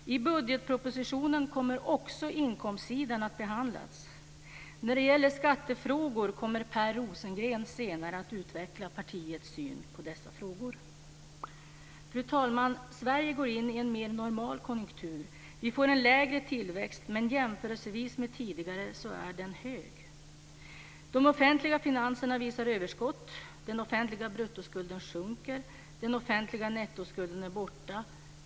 I budgetpropositionen kommer också inkomstsidan att behandlas. När det gäller skattefrågor kommer Per Rosengren senare att utveckla partiets syn på dessa frågor. Fru talman! Sverige går in i en mer normal konjunktur. Vi får en lägre tillväxt, men jämfört med tidigare är den hög. De offentliga finanserna visar överskott. Den offentliga bruttoskulden sjunker. Den offentliga nettoskulden är borta.